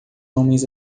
homens